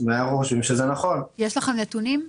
יש לכם נתונים?